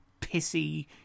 pissy